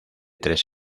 tres